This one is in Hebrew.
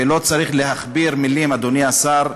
ולא צריך להכביר מילים, אדוני השר,